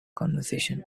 conversation